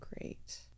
great